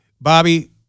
Bobby